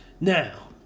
Now